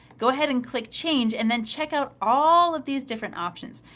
go ahead and click change and then check out all of these different options.